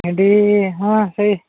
ଭେଣ୍ଡି ହଁ ସେଇ